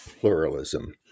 pluralism